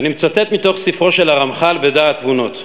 ואני מצטט מתוך ספרו של הרמח"ל "דעת תבונות":